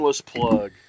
plug